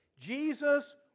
Jesus